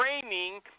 training